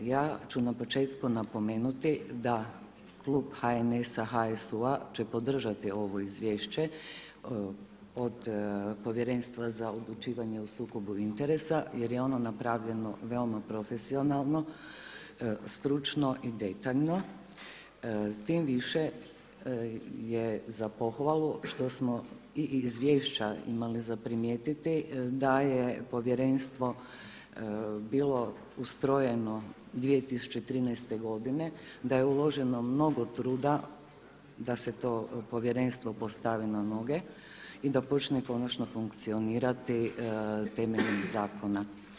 Ja ću na početku napomenuti da klub HNS-a, HSU-a će podržati ovo izvješće od Povjerenstva za odlučivanje o sukobu interesa jer je ono napravljeno veoma profesionalno, stručno i detaljno, tim više je za pohvalu što smo iz izvješća imali za primijetiti da je povjerenstvo bilo ustrojeno 2013. godine, da je uloženo mnogo truda da se to povjerenstvo postavi na noge i da počne konačno funkcionirati temeljem zakona.